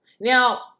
Now